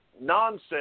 nonsense